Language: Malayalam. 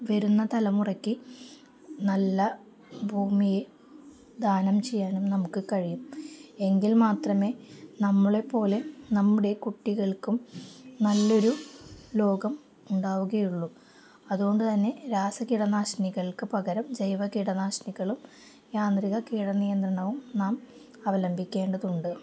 വരുന്ന തലമുറയ്ക്ക് നല്ല ഭൂമി ദാനം ചെയ്യാനും നമുക്ക് കഴിയും എങ്കിൽ മാത്രമേ നമ്മളെ പോലെ നമ്മുടെ കുട്ടികൾക്കും നല്ലയൊരു ലോകം ഉണ്ടാവുകയുള്ളൂ അതുകൊണ്ട് തന്നെ രാസ കിടനാശിനികൾക്ക് പകരം ജൈവ കീടനാശിനികളും യാന്ത്രിക കീടനിയന്ത്രണവും നാം അവലംബിക്കേണ്ടതുണ്ട്